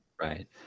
Right